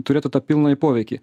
turėtų tą pilnąjį poveikį